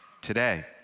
today